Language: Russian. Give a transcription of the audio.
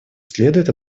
следует